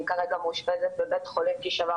שברתי רגל ואני מאושפזת בבית חולים.